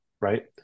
right